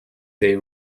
they